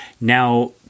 Now